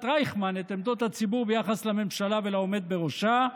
רייכמן את עמדות הציבור ביחס לממשלה ולעומד בראשה,